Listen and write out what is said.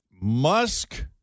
Musk